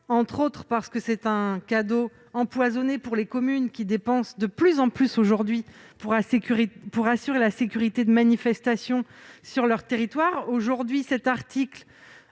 notamment parce que c'est un cadeau empoisonné pour les communes qui dépensent de plus en plus pour assurer la sécurité de manifestations sur leur territoire. Cet article